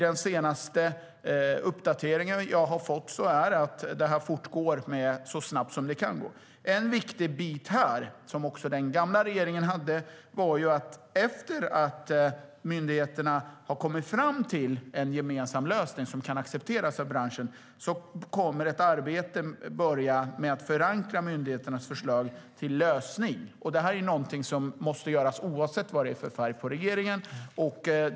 Den senaste uppdatering som jag har fått innebär att detta går så snabbt som det kan gå. Det finns en viktig bit som också den gamla regeringen hade. Efter det att myndigheterna har kommit fram till en gemensam lösning som kan accepteras av branschen kommer ett arbete att börja med att förankra myndigheternas förslag till lösning. Det är något som måste göras oavsett vilken färg det är på regeringen.